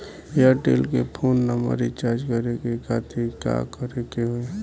Airtel के phone number recharge करे के खातिर का करे के होई?